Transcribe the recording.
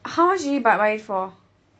how much did you buy it for